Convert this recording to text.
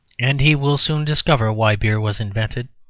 and he will soon discover why beer was invented.